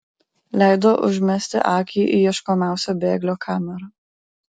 leido užmesti akį į ieškomiausio bėglio kamerą